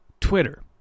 Twitter